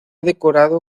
decorado